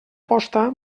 posta